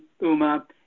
Uma